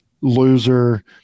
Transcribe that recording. loser